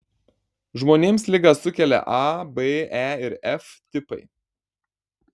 žmonėms ligą sukelia a b e ir f tipai